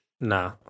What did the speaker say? Nah